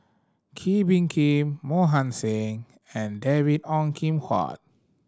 Kee Bee Khim Mohan Singh and David Ong Kim Huat